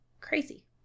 crazy